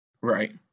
Right